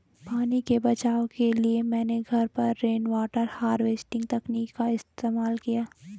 पानी के बचाव के लिए मैंने घर पर रेनवाटर हार्वेस्टिंग तकनीक का इस्तेमाल किया है